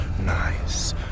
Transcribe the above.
nice